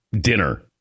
dinner